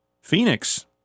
Phoenix